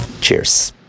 cheers